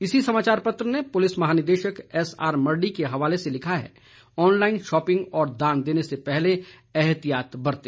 इसी समाचार पत्र ने पुलिस महानिदेशक एसआर मरडी के हवाले से लिखा है ऑनलाईन शॉपिंग और दान देने से पहले ऐहतियात बरतें